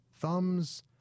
thumbs